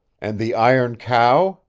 and the iron cow?